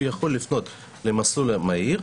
הוא יכול לפנות למסלול המהיר,